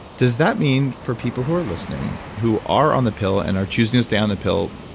does that mean, for people who are listening, who are on the pill, and are choosing to stay on the pill.